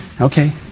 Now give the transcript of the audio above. okay